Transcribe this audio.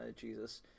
Jesus